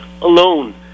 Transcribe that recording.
alone